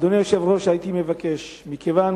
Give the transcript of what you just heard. אדוני היושב-ראש, הייתי מבקש, מכיוון